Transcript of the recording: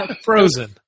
Frozen